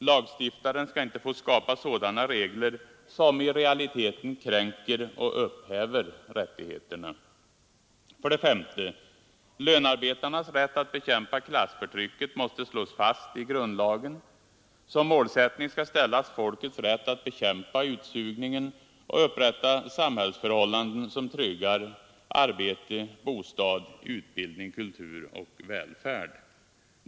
Lagstiftaren skall inte få skapa sådana regler som i realiteten kränker och upphäver rättigheterna. 5. Lönarbetarnas rätt att bekämpa klassförtrycket måste slås fast i grundlagen. Som målsättning skall ställas folkets rätt att bekämpa utsugningen och upprätta samhällsförhållanden som tryggar arbete, bostad, utbildning, kultur och välfärd.